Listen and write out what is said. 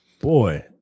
boy